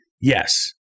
yes